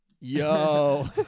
Yo